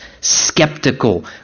skeptical